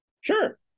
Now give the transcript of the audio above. Sure